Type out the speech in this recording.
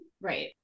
Right